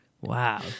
Wow